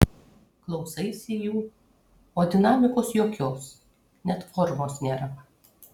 klausaisi jų o dinamikos jokios net formos nėra